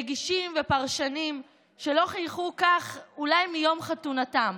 מגישים ופרשנים שלא חייכו כך אולי מיום חתונתם.